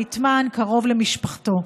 נטמן קרוב למשפחתו.